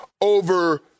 over